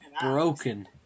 broken